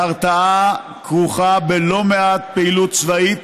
ההרתעה כרוכה בלא מעט פעילות צבאית,